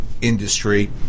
industry